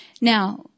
Now